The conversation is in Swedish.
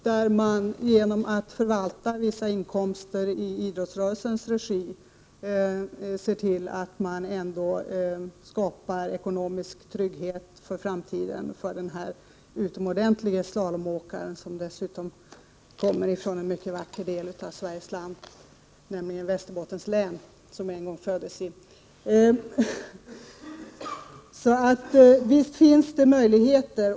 Man har genom att förvalta vissa inkomster i idrottsrörelsens regi skapat ekonomisk trygghet för framtiden för denne utomordentlige slalomåkare, som dessutom kommer från en mycket vacker del av Sverige, nämligen Västerbottens län, där jag en gång föddes. Det finns alltså möjligheter.